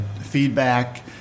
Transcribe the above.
feedback